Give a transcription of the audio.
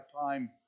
time